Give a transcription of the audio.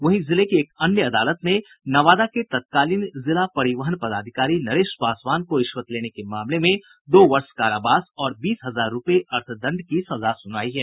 वहीं जिले की एक अन्य अदालत ने नवादा के तत्कालीन जिला परिवहन पदाधिकारी नरेश पासवान को रिश्वत लेने के मामले में दो वर्ष कारावास और बीस हजार रूपये अर्थदंड की सजा सुनायी है